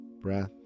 breath